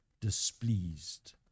displeased